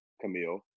Camille